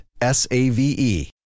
S-A-V-E